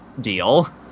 deal